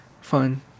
fun